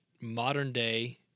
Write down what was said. modern-day